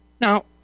Now